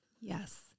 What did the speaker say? Yes